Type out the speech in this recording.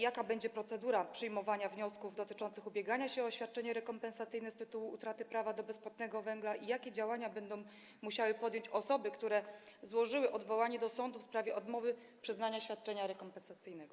Jaka będzie procedura przyjmowania wniosków dotyczących ubiegania się o świadczenie rekompensacyjne z tytułu utraty prawa do bezpłatnego węgla i jakie działania będą musiały podjąć osoby, które złożyły odwołanie do sądu w sprawie odmowy przyznania świadczenia rekompensacyjnego?